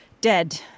dead